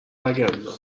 برگردونم